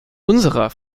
unserer